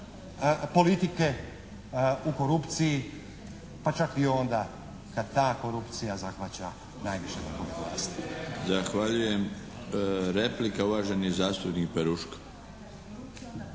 politike u korupciji pa čak i onda kada ta korupcija zahvaća najviši vrh ove vlasti. **Milinović, Darko (HDZ)** Zahvaljujem. Replika, uvaženi zastupnik Peruško.